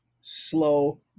slow